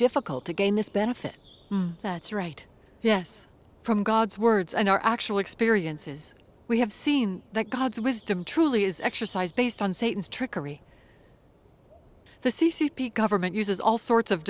difficult to gain this benefit that's right yes from god's words and our actual experiences we have seen that god's wisdom truly is exercised based on satan's trickery the c c p government uses all sorts of